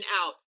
out